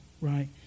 Right